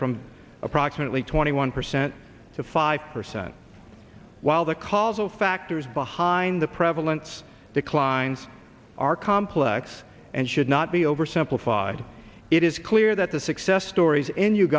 from approximately twenty one percent to five percent while the causal factors behind the prevalence declines are complex and should not be over simplified it is clear that the success stories in